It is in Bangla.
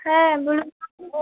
হ্যাঁ বলুন